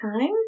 time